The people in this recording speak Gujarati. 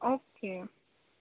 ઓકે